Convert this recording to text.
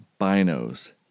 binos